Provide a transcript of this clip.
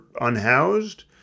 unhoused